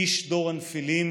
איש דור הנפילים,